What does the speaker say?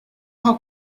how